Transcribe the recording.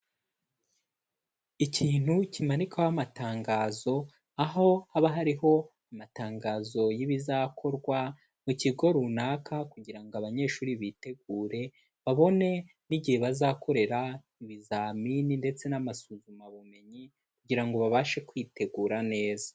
Ikintu kimanikwaho amatangazo, aho haba hariho amatangazo y'ibizakorwa mu kigo runaka kugira ngo abanyeshuri bitegure, babone n'igihe bazakorera ibizamini ndetse n'amasuzumabumenyi kugira ngo babashe kwitegura neza.